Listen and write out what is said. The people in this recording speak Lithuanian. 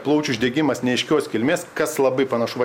plaučių uždegimas neaiškios kilmės kas labai panašu va